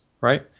right